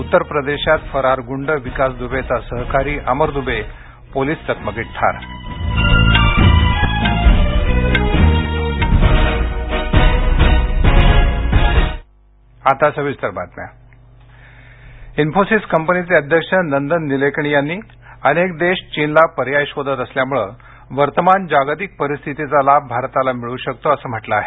उत्तर प्रदेशात फरार गुंड विकास दुबेचा सहकारी अमर दुबे पोलिस चकमकीत ठार आता सविस्तर बातम्या इन्फोसिस कंपनीचे अध्यक्ष नंदन निलेकणी यांनी अनेक देश चीनला पर्याय शोधत असल्यामुळ वर्तमान जागतिक परिस्थितीचा लाभ भारताला मिळू शकतो असं म्हटलं आहे